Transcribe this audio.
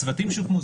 הצוותים שהוקמו,